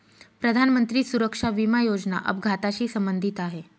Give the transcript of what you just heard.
प्रधानमंत्री सुरक्षा विमा योजना अपघाताशी संबंधित आहे